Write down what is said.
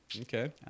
Okay